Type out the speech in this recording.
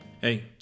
Hey